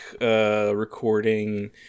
recording